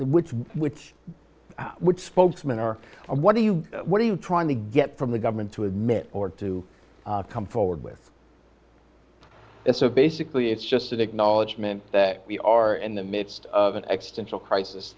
which which would spokesman or what do you what are you trying to get from the government to admit or to come forward with it so basically it's just an acknowledgement that we are in the midst of an extension crisis